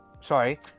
sorry